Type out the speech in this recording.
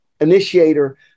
initiator